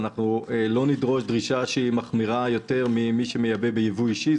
אנחנו לא נדרוש דרישה מחמירה יותר ממי שמייבא בייבוא אישי.